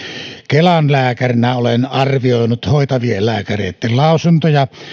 kelan lääkärinä olen arvioinut hoitavien lääkäreitten lausuntoja